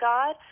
God